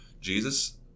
Jesus